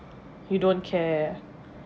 you don't care